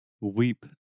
weep